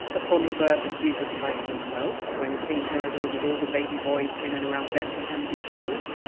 upon the birth of jesus christ himself, when king herod ordered all the baby boys in and around bethlehem be killed?